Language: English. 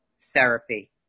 therapy